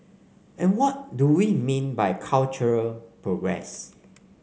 and what do we mean by cultural progress